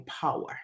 power